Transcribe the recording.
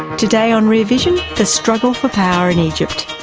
today on rear vision, the struggle for power in egypt.